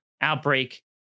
outbreak